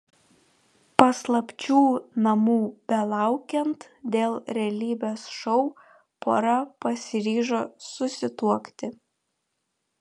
paslapčių namų belaukiant dėl realybės šou pora pasiryžo susituokti